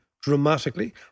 dramatically